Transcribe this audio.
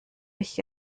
mich